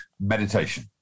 meditation